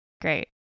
Great